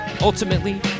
ultimately